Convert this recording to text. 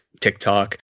TikTok